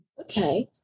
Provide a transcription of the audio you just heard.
Okay